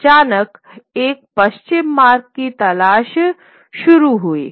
अचानक एक पश्चिम मार्ग की तलाश शुरू हुई